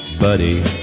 buddy